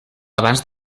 abans